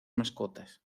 mascotas